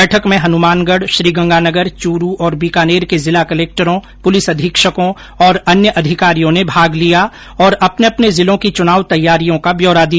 बैठक में हनुमानगढ श्रीगंगानगर च्रू और बीकानेर के जिला कलेक्टरों पुलिस अधीक्षकों और अन्य अधिकारियों ने भाग लिया और अपने अपने जिलों की चुनाव तैयारियों का ब्यौरा दिया